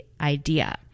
idea